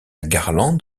garland